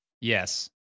yes